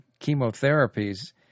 chemotherapies